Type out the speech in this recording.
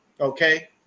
Okay